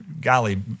golly